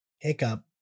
hiccup